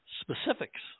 specifics